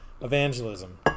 evangelism